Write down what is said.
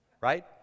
Right